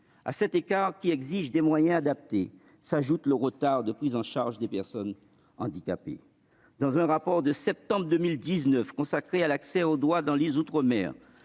À cet écart, qui exige des moyens adaptés, s'ajoute le retard de prise en charge des personnes handicapées. Dans un rapport de septembre 2019 consacré à l'accès aux droits dans les outre-mer,